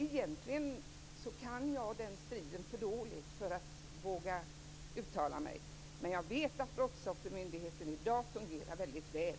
Egentligen kan jag den striden för dåligt för att våga uttala mig. Men jag vet att Brottsoffermyndigheten i dag fungerar väldigt väl.